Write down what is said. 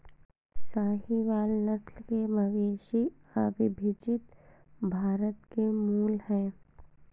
साहीवाल नस्ल के मवेशी अविभजित भारत के मूल हैं